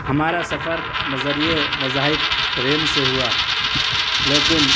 ہمارا سفر بذریعہ بظاہر ٹرین سے ہوا لیکن